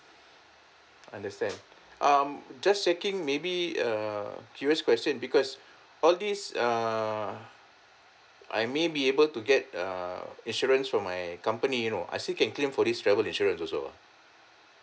understand um just checking maybe err curious question because all these err I may be able to get err insurance from my company you know I still can claim for this travel insurance also ah